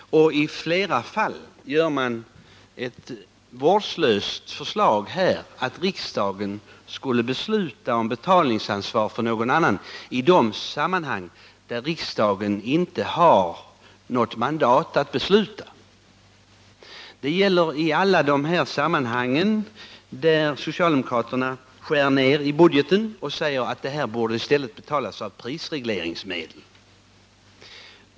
I flera fall lägger man fram ett vårdslöst förslag, nämligen att riksdagen skulle besluta om betalningsansvar för någon annan - i de sammanhang där riksdagen inte har mandat att besluta. Detta gäller på alla de punkter där socialdemokraterna vill skära ned budgeten och säger att det hela i stället borde betalas av prisregleringsmedel.